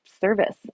service